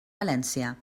valència